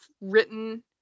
written